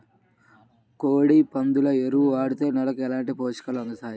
కోడి, పందుల ఎరువు వాడితే నేలకు ఎలాంటి పోషకాలు అందుతాయి